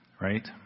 right